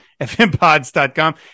fmpods.com